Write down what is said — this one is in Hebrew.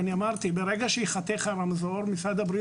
אני אמרתי שברגע שייחתך הרמזור משרד הבריאות.